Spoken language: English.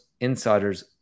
insiders